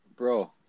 Bro